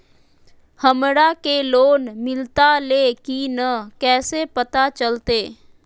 हमरा के लोन मिलता ले की न कैसे पता चलते?